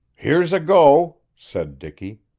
here's a go! said dicky.